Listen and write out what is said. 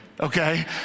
okay